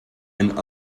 and